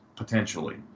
Potentially